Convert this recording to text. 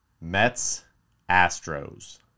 Mets-Astros